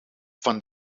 van